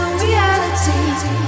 reality